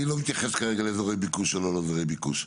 אני לא מתייחס כרגע לאזורי ביקוש או לא לאזורי ביקוש,